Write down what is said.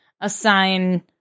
assign